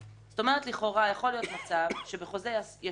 כלומר לכאורה יכול להיות מצב שבחוזה ישן,